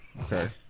okay